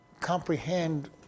comprehend